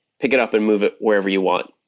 pick it up and move it wherever you want,